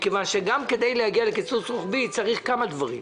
כדי להגיע לקיצוץ רוחבי, צריך כמה דברים: